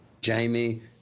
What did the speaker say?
Jamie